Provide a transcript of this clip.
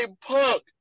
punk